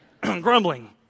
grumbling